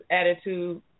attitude